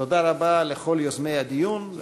תודה רבה לכל יוזמי הדיון החשוב,